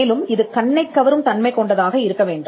மேலும் இது கண்ணைக் கவரும் தன்மை கொண்டதாக இருக்க வேண்டும்